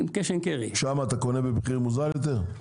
Cash and carry שם אתה קונה במחיר מוזל יותר?